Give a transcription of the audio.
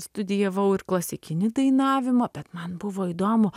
studijavau ir klasikinį dainavimą bet man buvo įdomu